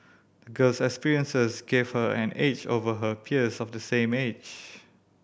the girl's experiences gave her an edge over her peers of the same age